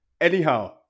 Anyhow